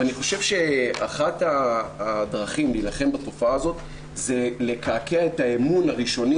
אני חושב שאחת הדרכים להילחם בתופעה הזאת היא לקעקע את האמון הראשוני